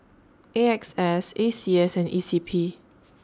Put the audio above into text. A X S A C S and E C P